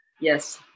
Yes